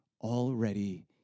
already